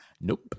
nope